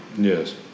Yes